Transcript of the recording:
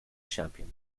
champion